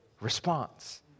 response